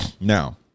Now